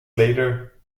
later